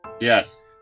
Yes